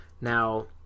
Now